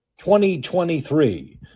2023